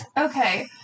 Okay